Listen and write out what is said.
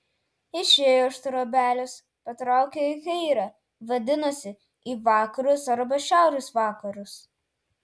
išėjo iš trobelės patraukė į kairę vadinasi į vakarus arba šiaurės vakarus